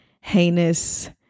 heinous